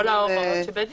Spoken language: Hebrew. לגבי כל ההוראות שבדין.